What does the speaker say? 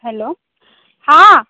hello हाँ